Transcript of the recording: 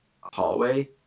hallway